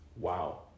Wow